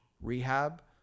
rehab